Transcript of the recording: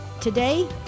today